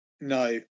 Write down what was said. No